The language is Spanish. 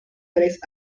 tres